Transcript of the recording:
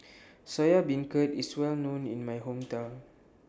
Soya Beancurd IS Well known in My Hometown